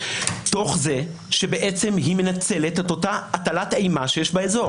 תוך זה שבעצם היא מנצלת את אותה הטלת אימה שיש באזור.